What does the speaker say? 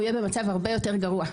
הוא יהיה במצב הרבה יותר גרוע.